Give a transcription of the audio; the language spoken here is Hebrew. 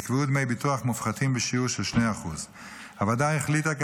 נקבעו דמי ביטוח מופחתים בשיעור של 2%. הוועדה החליטה כי